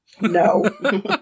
No